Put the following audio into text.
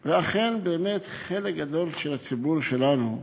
ואכן, באמת, חלק גדול של הציבור שלנו,